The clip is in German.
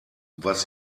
was